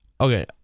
Okay